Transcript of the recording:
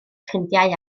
ffrindiau